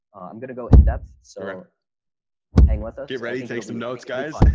i'm going to go in depth so hang with us get ready take some notes guys.